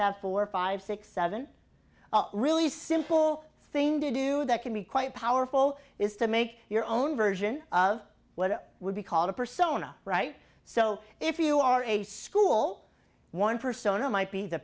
have four five six seven really simple thing to do that can be quite powerful is to make your own version of what would be called a persona right so if you are a school one persona might be the